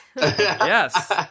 Yes